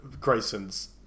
Grayson's